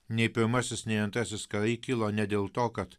nei pirmasis nei antrasis karai kilo ne dėl to kad